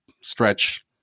stretch